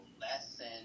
lesson